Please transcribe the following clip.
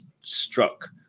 struck